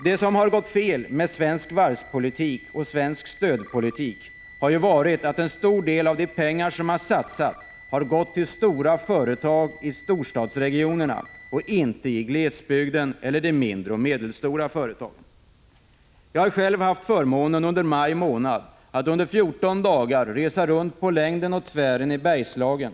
Det som har gått fel med svensk varvspolitik och svensk stödpolitik har ju varit att en stor del av de pengar som har satsats har gått till stora företag i storstadsregionerna och inte till glesbygden eller till de mindre och medelstora företagen. Jag har själv haft förmånen att under 14 dagar i maj månad resa runt på längden och tvären i Bergslagen.